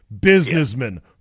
businessmen